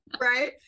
Right